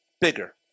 bigger